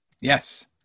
Yes